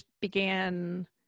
began